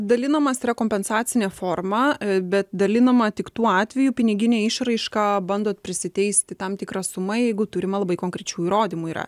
dalinamas yra kompensacine forma bet dalinama tik tuo atveju piniginę išraišką bandot prisiteisti tam tikra sumai jeigu turima labai konkrečių įrodymų yra